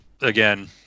again